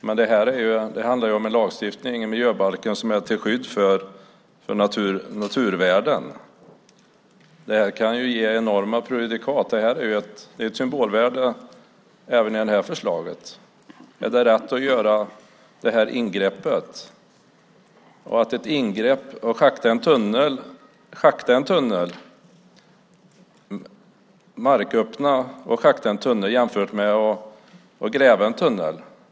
Men det handlar ju om en lagstiftning i miljöbalken som är till skydd för naturvärden. Det här kan ge enorma prejudikat. Det är ett symbolvärde även i det här förslaget. Är det rätt att göra det här ingreppet, att marköppna och schakta en tunnel, jämfört med att gräva en tunnel?